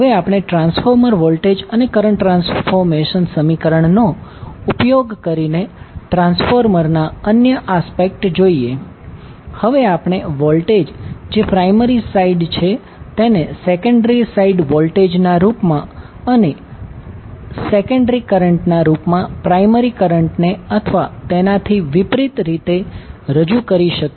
હવે આપણે transformer voltage અને કરંટ ટ્રાન્સફોર્મેશન સમીકરણ નો ઉપયોગ કરીને ટ્રાન્સફોર્મરના અન્ય આસ્પેક્ટ જોઈએ હવે આપણે વોલ્ટેજ જે પ્રાયમરી સાઇડ છે તેને સેકન્ડરી સાઇડ વોલ્ટેજ ના રૂપમા અને અને સેકન્ડરી કરંટ ના રૂપમા પ્રાયમરી કરંટને અથવા તેનાથી વિપરીત રીતે રજૂ કરી શકીએ છીએ